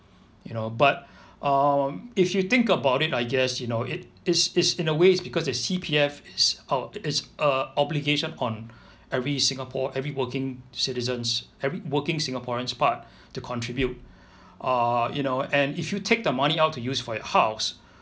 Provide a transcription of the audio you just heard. you know but um if you think about it I guess you know it is is in a way it's because the C_P_F is uh is a obligation on every singapore every working citizen's every working singaporean's part to contribute uh you know and if you take the money out to use for your house